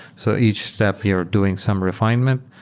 so each step, you're doing some refi nement,